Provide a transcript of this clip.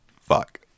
Fuck